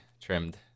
trimmed